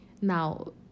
Now